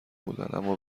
بودند، اما